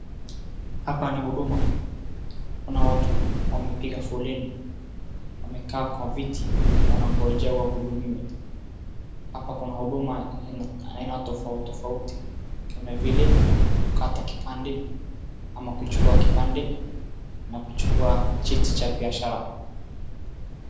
Hapa ni huduma. Kuna watu wamepiga foleni. Wamekaa kwa viti wanangojea wahudumiwe. Hapa kuna huduma ya aina tofautitofauti kama vile kukata kipande ama kuchukua kipande ama kuchukua cheti cha biashara.